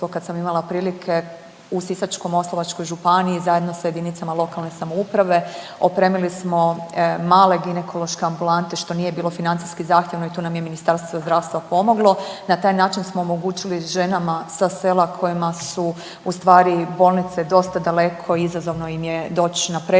Kad sam imala prilike u Sisačko-moslavačkoj županiji zajedno sa jedinicama lokalne samouprave opremili smo male ginekološke ambulante što nije bilo financijski zahtjevno i tu nam je Ministarstvo zdravstva pomoglo. Na taj način smo omogućili ženama sa sela kojima su u stvari bolnice dosta daleko i izazovno im je doć na pregled